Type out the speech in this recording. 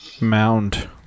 mound